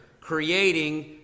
creating